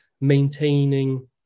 maintaining